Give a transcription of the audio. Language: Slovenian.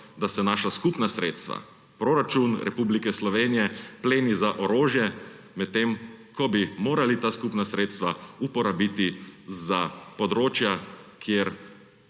da se naša skupna sredstva, proračun Republike Slovenije pleni za orožje, medtem ko bi morali ta skupna sredstva uporabiti za področja, kjer